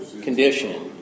condition